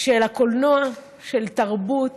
של קולנוע, של תרבות,